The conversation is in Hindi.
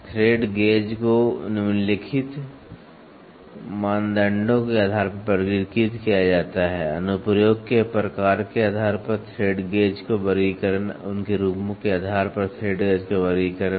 थ्रेड गेज को निम्नलिखित मानदंडों के आधार पर वर्गीकृत किया जाता है अनुप्रयोग के प्रकार के आधार पर थ्रेड गेज का वर्गीकरण उनके रूपों के आधार पर थ्रेड गेज का वर्गीकरण